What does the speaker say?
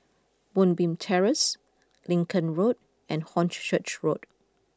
Moonbeam Terrace Lincoln Road and Horn Church Road